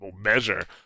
measure